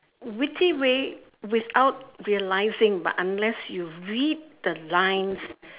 witty way without realizing but unless you read the lines